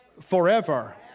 forever